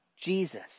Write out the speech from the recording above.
Jesus